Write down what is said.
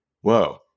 whoa